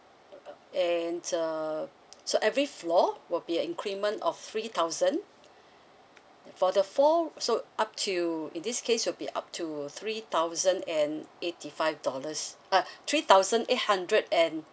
and uh so every floor will be increment of three thousand for the four so up to in this case will be up to three thousand and eighty five dollars but three thousand eight hundred and